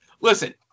Listen